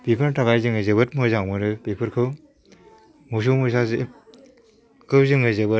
बेफोरनि थाखाय जोङो जोबोद मोजां मोनो बेफोरखौ मोसौ मोसाखौ जोङो जोबोद